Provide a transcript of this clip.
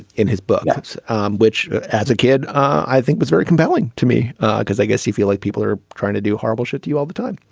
in his book which as a kid i think was very compelling to me because i guess you feel like people are trying to do horrible shit to you all the time.